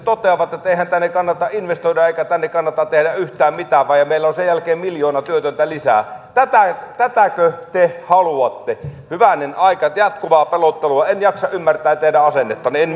toteavat että eihän tänne kannata investoida eikä tänne kannata tehdä yhtään mitään ja meillä on sen jälkeen miljoona työtöntä lisää tätäkö te haluatte hyvänen aika jatkuvaa pelottelua en jaksa ymmärtää teidän asennettanne en